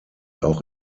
auch